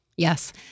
Yes